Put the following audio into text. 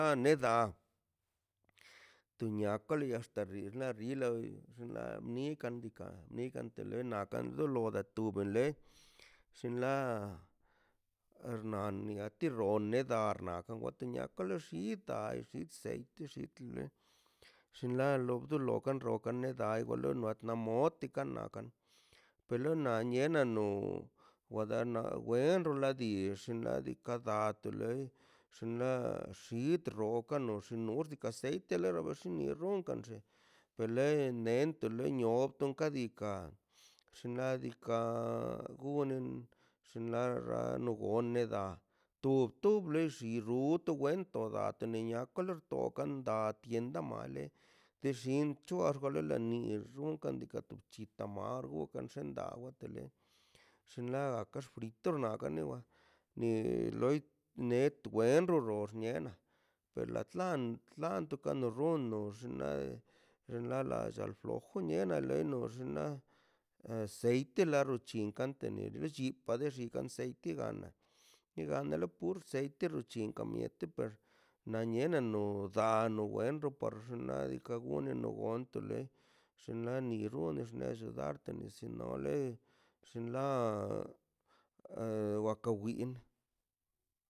Neda tu miakole ta rino rilo xinla nardika nika tela nika nakan tu leido tuwon le, xinla oino tuxo one darna aguate niakala xi xita xise tixi setise xinla dolo dan roko lo da ai dolo moti kan nakan, biena no wada na weno ladir ladika gad tu lei xinla xid lokan nordika aceite lora nin xonkan lli per lei nento lenio kadi xinadika gunen xinla gone da to toble xio untə wentodda niya lo torkan da tienda male de xinchoa jaxuale la mi runlan to chuale chin tamargo kan xindawe tele xinla kax frito kanle wa ni loi wet wendor per la tlan lanto kano rondox xnaꞌ xnalalla ojuneno leno xinla aceite laru chinka tenecho llin kwa le xinka seiti lana ni gandolo seiti lo chika mieti per naniena nou da no wenro o par xnaꞌ diikaꞌ guno neganto le xinla ni guṉ xṉaꞌ llo ganto lone xinla waka win